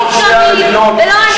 לא קיצונית ולא אנטי-ישראלית,